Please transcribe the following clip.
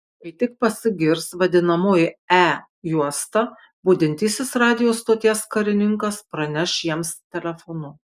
kai tik pasigirs vadinamoji e juosta budintysis radijo stoties karininkas praneš jiems telefonu